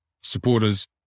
supporters